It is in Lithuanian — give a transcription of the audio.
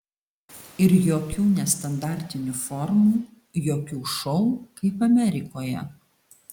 ir jokių nestandartinių formų jokių šou kaip amerikoje